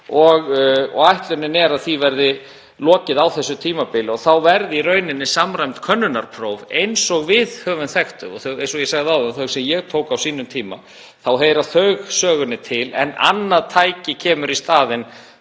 Ætlunin er að því verði lokið á þessu tímabili og þá heyri samræmd könnunarpróf eins og við höfum þekkt þau, eins og ég sagði áðan, þau sem ég tók á sínum tíma, sögunni til en annað tæki kemur í staðinn